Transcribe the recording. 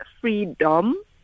freedom